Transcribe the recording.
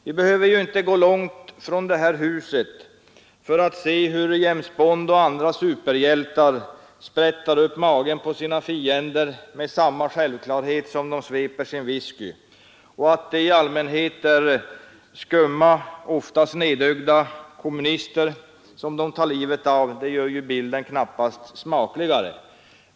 Vi behöver inte gå långt från det här huset för att se hur James Bond och andra superhjältar sprättar upp magen på sina fiender med samma självklarhet som de sveper sin whisky. Och att det i allmänhet är skumma, ofta snedögda kommunister de tar livet av gör knappast bilden smakligare.